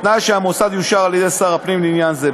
בתנאי שהמוסד יאושר על-ידי שר הפנים לעניין זה.